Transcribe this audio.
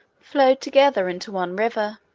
flowed together into one river,